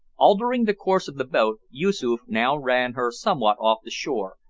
altering the course of the boat, yoosoof now ran her somewhat off the shore,